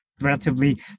relatively